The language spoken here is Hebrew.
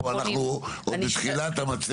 אני לא רוצה להיתקע פה, אנחנו עוד בתחילת המצגת.